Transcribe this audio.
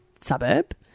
suburb